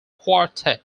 quartet